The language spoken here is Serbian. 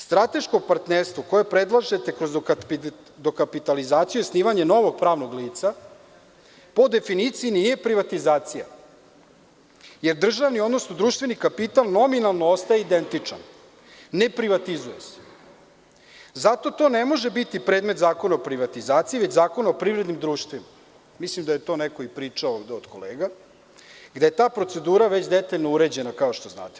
Strateško partnerstvo koje predlažete kroz dokapitalizaciju i osnivanje novog pravnog lica, po definiciji nije privatizacija, jer državni, odnosno društveni kapital nominalno ostaje identičan, ne privatizuje se, zato to ne može biti predmet Zakona o privatizaciji, već Zakona o privrednim društvima, mislim da je to neko i pričao ovde od kolega i da je ta procedura već detaljno uređena, kao što znate.